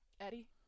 Eddie